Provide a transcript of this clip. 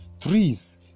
trees